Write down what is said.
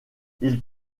ils